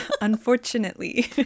Unfortunately